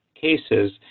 cases